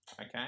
Okay